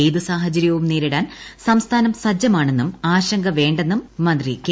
ഏതു സാഹചര്യവും നേരിടാൻ സംസ്ഥാനം സജ്ജമാണെന്നും ആശങ്ക വേണ്ടെന്നും മന്ത്രി കെ